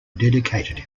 dedicated